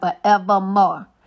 forevermore